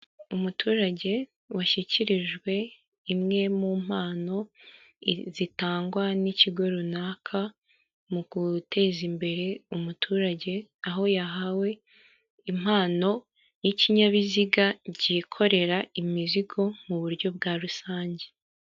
Umuturage washyikirijwe imwe mu mpano zitangwa n'ikigo runaka, mu guteza imbere umuturage aho yahawe impano y'ikinyabiziga cyikorera imizigo mu buryo bwa rusange.